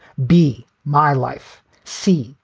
be my life. see?